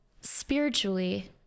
spiritually